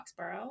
Foxborough